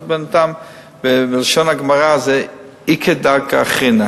אז בלשון הגמרא זה "איכא דרכא אחרינא".